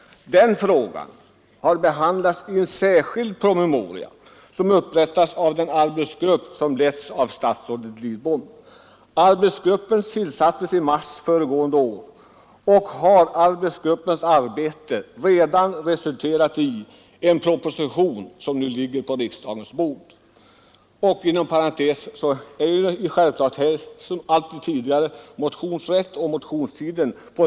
Den frågan har behandlats i en särskild promemoria, som upprättats av den arbetsgrupp som letts av statsrådet Lidbom. Arbetsgruppen tillsattes i mars föregående år, och dess arbete har redan resulterat i en proposition, som nu ligger på riksdagens bord. Inom parentes kan jag nämna att ledamöterna här liksom i andra fall har motionsrätt.